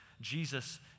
Jesus